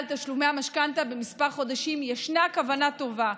תשלומי המשכנתה בכמה חודשים יש כוונה טובה,